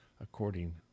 according